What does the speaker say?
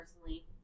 personally